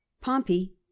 pompey